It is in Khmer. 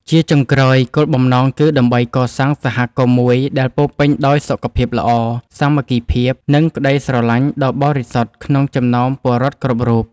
ជាចុងក្រោយ គោលបំណងគឺដើម្បីកសាងសហគមន៍មួយដែលពោរពេញដោយសុខភាពល្អ សាមគ្គីភាព និងក្ដីស្រឡាញ់ដ៏បរិសុទ្ធក្នុងចំណោមពលរដ្ឋគ្រប់រូប។